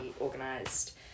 organised